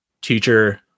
teacher